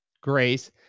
Grace